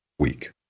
Week